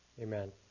amen